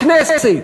בכנסת,